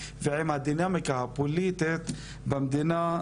ועם הדינמיקה הפוליטית במדינה,